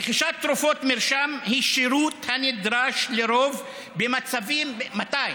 רכישת תרופות מרשם היא שירות הנדרש לרוב, מתי?